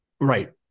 Right